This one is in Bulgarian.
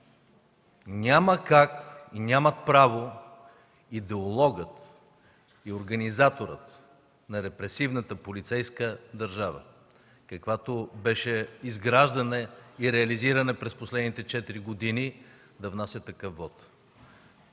Няма как и нямат право идеологът и организаторът на репресивната полицейска държава, каквато беше изграждана и реализирана през последните четири години, да внася такъв вот.